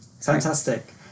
fantastic